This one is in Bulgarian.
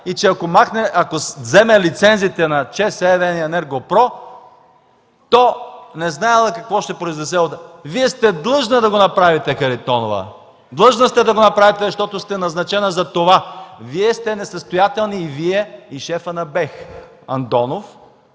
и че ако вземе лицензите на ЧЕЗ, ЕВН и ЕНЕРГО ПРО, не знаела какво ще произлезе от това. Вие сте длъжна да го направите, Харитонова! Длъжна сте да го направите, защото сте назначена за това. Вие сте несъстоятелна – и Вие, и шефът на БЕХ Андонов,